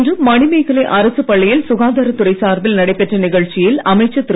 இன்று மணிமேகலை அரசுப் பள்ளியில் சுகாதாரத் துறை சார்பில் நடைபெற்ற நிகழ்ச்சியில் அமைச்சர் திரு